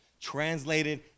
Translated